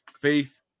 Faith